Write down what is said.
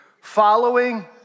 following